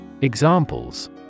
Examples